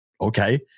okay